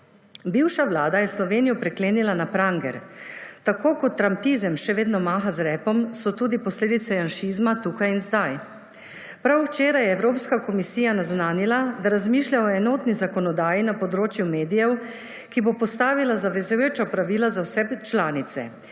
Bivša vlada je Slovenijo priklenila na pranger. Tako kot trampizem še vedno maha z repom, so tudi posledice janšizma tukaj in zdaj. Prav včeraj je Evropska komisija naznanila, da razmišlja o enotni zakonodaji na področju medijev, ki bo postavila zavezujoča pravila za se članice.